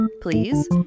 please